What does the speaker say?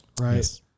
Right